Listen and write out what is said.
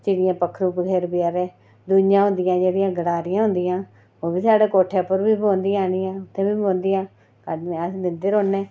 चिड़ियां पक्खरू पखेरू बचैरे दूइयां होंदियां जेह्ड़ियां गटारियां होंदियां ओह् बी साढ़े कोठे पर बी बौंह्दियां आह्नियै उत्थै बी बौंह्दियां अस दिंदे रौह्न्ने